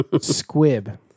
squib